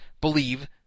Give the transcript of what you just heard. believe